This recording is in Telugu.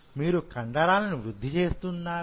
మీరు కండరాలను వృద్ధి చేస్తున్నారా